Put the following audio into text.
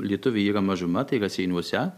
lietuviai yra mažuma tai yra seinuose